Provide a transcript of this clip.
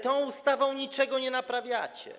Tą ustawą niczego nie naprawiacie.